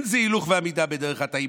"אין זה הילוך ועמידה בדרך חטאים,